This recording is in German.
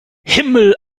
himmel